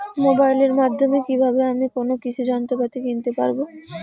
মোবাইলের মাধ্যমে কীভাবে আমি কোনো কৃষি যন্ত্রপাতি কিনতে পারবো?